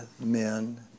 men